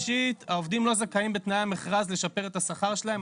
העובדים לא זכאים בתנאי המכרז לשפר את השכר שלהם.